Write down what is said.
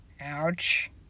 ouch